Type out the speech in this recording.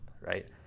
right